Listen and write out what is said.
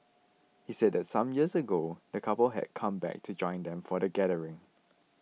he said that some years ago the couple had come back to join them for the gathering